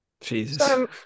Jesus